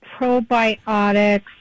probiotics